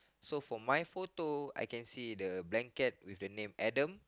so for my photo I can see the blanket with the name Adam